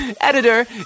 editor